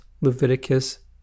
Leviticus